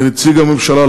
לנציג הממשלה,